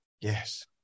Yes